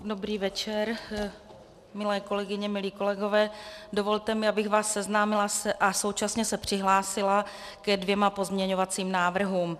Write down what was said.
Dobrý večer, milé kolegyně, milí kolegové, dovolte mi, abych vás seznámila a současně se přihlásila ke dvěma pozměňovacím návrhům.